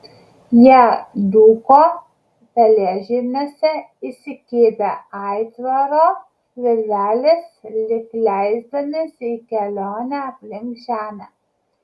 jie dūko pelėžirniuose įsikibę aitvaro virvelės lyg leisdamiesi į kelionę aplink žemę